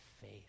faith